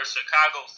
Chicago